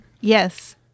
yes